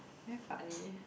very funny